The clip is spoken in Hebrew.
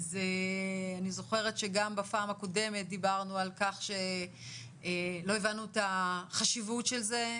אני זוכרת שגם בפעם הקודמת דיברנו על כך שלא הבנו את החשיבות של זה,